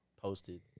posted